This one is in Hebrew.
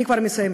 אני כבר מסיימת.